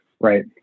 right